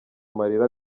amarira